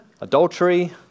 adultery